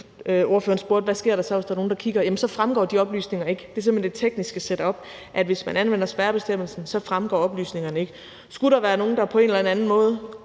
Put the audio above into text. jeg sige, at hvis man har anvendt sin spærrebestemmelse, så fremgår de oplysninger ikke. Det er simpelt hen det tekniske setup, at hvis man anvender spærrebestemmelsen, så fremgår oplysningerne ikke. Skulle der være nogen, der på en eller anden måde